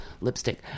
lipstick